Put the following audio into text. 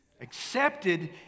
Accepted